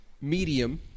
medium